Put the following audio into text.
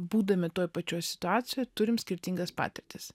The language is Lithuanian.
būdami toj pačioj situacijoj turim skirtingas patirtis